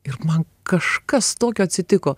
ir man kažkas tokio atsitiko